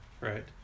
right